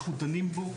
אנחנו דנים בו.